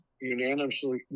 unanimously